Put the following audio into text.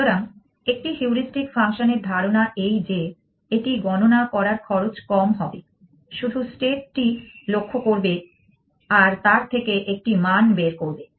সুতরাং একটি হিউরিস্টিক ফাংশনের ধারণা এই যে এটি গণনা করার খরচ কম হবে শুধু স্টেট টি লক্ষ্য করবে আর তার থেকে একটি মান বের করবে